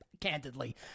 candidly